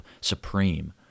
Supreme